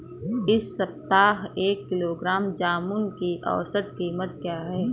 इस सप्ताह एक किलोग्राम जामुन की औसत कीमत क्या है?